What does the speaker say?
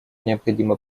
необходимо